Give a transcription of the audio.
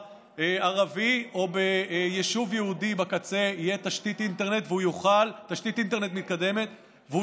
ערבי או ביישוב יהודי בקצה תהיה תשתית אינטרנט מתקדמת והוא